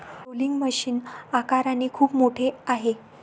rolling machine आकाराने खूप मोठे आहे